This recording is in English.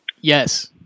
Yes